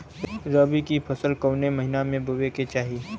रबी की फसल कौने महिना में बोवे के चाही?